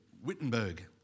Wittenberg